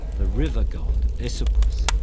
the river god asopus,